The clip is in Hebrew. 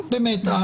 באמת,